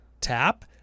Tap